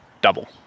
double